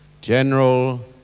General